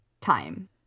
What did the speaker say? time